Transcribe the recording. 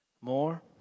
More